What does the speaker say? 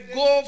go